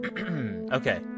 Okay